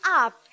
up